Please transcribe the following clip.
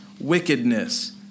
wickedness